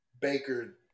Baker